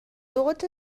dod